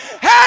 hey